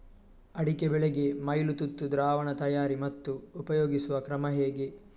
ಅಡಿಕೆ ಬೆಳೆಗೆ ಮೈಲುತುತ್ತು ದ್ರಾವಣ ತಯಾರಿ ಮತ್ತು ಉಪಯೋಗಿಸುವ ಕ್ರಮ ಹೇಗೆ?